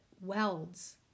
welds